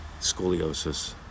Scoliosis